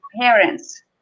parents